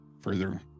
further